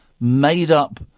made-up